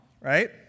right